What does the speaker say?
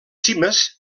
cimes